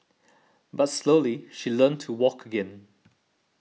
but slowly she learnt to walk again